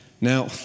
Now